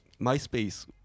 MySpace